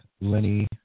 Lenny